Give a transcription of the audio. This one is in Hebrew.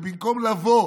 ובמקום לבוא